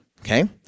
Okay